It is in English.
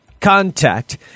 Contact